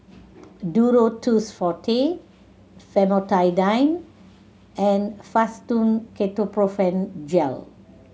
Duro Tuss Forte Famotidine and Fastum Ketoprofen Gel